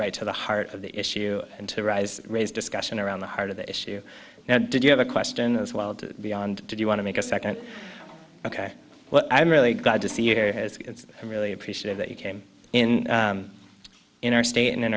right to the heart of the issue and to rise raise discussion around the heart of the issue now did you have a question as well to beyond did you want to make a second ok well i'm really glad to see here it's really appreciative that you came in in our state and